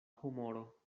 humoro